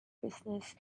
business